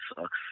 sucks